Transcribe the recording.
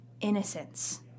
innocence